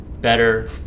better